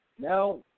now